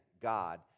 God